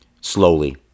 slowly